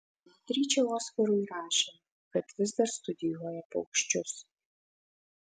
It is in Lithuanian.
beatričė oskarui rašė kad vis dar studijuoja paukščius